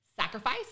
sacrifice